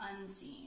unseen